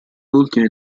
ultime